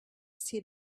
see